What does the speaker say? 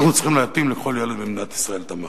אנחנו צריכים להתאים לכל ילד במדינת ישראל את המערכת.